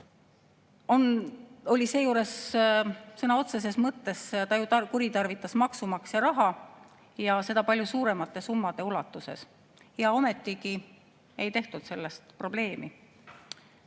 juhtimisõigus. Sõna otseses mõttes ta ju kuritarvitas maksumaksja raha ja seda palju suuremate summade ulatuses, ja ometigi ei tehtud sellest probleemi,